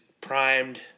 primed